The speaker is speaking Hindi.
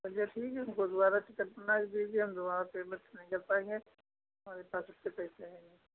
रख लीजिए हमको दोबारा टिकट बनाकर दीजिए हम दोबारा पेमेंट नहीं कर पाएंगे हमारे पास इतने पैसे नहीं हैं